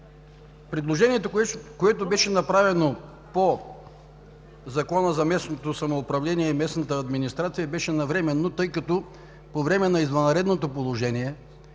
Предложението, което беше направено по Закона за местното самоуправление и местната администрация, беше навременно, тъй като по време на извънредното положение